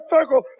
circle